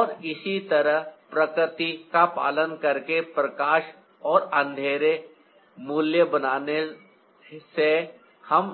और इसी तरह प्रकृति का पालन करके प्रकाश और अंधेरे मूल्य बनाने से हम